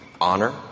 honor